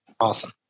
Awesome